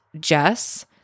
jess